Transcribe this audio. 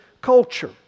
culture